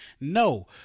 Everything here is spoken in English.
no